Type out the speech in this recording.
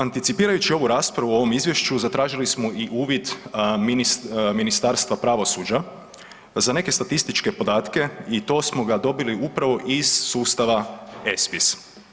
Anticipirajući ovu raspravu o ovom izvješću zatražili smo i uvid Ministarstva pravosuđa za neke statističke podatke i to smo ga dobili upravo iz sustava e-spis.